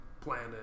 planet